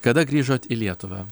kada grįžot į lietuvą